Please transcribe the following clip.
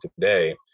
today